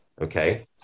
Okay